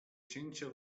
cięcia